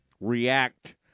react